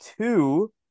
two